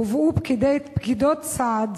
הובאו פקידות סעד